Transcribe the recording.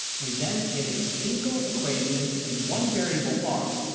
we then get a single equation in one variable r.